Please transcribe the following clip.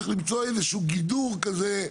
צריך למצוא איזשהו גידור כזה,